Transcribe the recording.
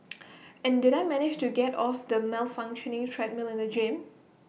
and did I manage to get off the malfunctioning treadmill in the gym